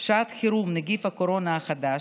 שעת חירום (נגיף הקורונה החדש)